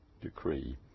decree